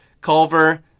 Culver